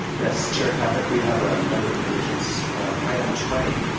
yes, chair caput, we have a number of revisions on item twenty.